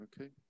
Okay